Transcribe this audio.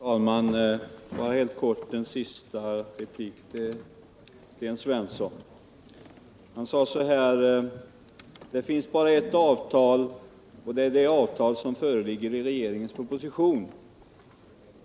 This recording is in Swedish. Herr talman! Helt kort en sista replik till Sten Svensson. Han sade: Det finns bara ett avtal och det är det avtal som föreligger i regeringens proposition.